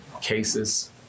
cases